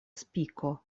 spiko